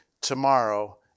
tomorrow